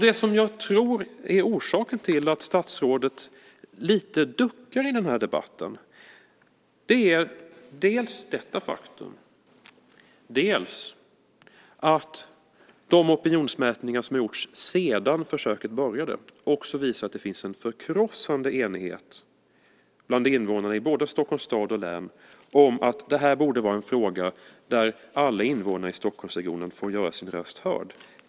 Det jag tror är orsaken till att statsrådet lite grann duckar i den här debatten är dels detta faktum, dels att de opinionsmätningar som har gjorts sedan försöket började också visar att det finns en förkrossande enighet bland invånarna i både Stockholms stad och Stockholms län om att det här borde vara en fråga där alla invånare i Stockholmsregionen får göra sin röst hörd.